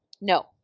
No